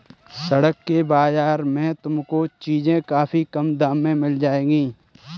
सड़क के बाजार में तुमको चीजें काफी कम दाम में मिल जाएंगी